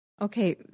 Okay